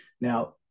Now